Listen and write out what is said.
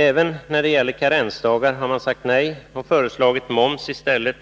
Även när det gäller karensdagar har man sagt nej och föreslagit moms i stället,